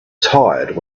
tired